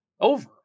over